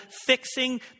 fixing